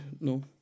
No